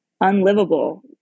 unlivable